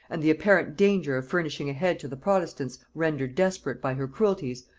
and the apparent danger of furnishing a head to the protestants rendered desperate by her cruelties,